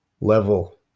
level